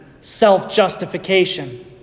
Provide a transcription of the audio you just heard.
self-justification